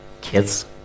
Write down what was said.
kids